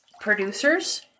producers